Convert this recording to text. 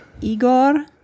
Igor